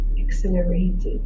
accelerated